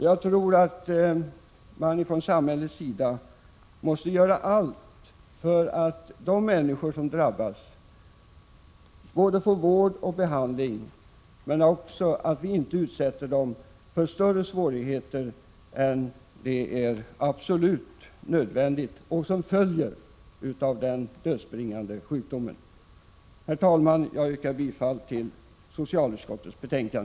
Jag tror att man ifrån samhällets sida måste göra allt för att de människor som drabbas får vård och behandling och inte utsätts för större svårigheter än vad som är absolut nödvändigt och som följer av denna dödsbringande sjukdom. Herr talman! Jag yrkar bifall till socialutskottets hemställan.